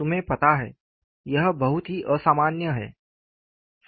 तुम्हें पता है यह बहुत ही असामान्य है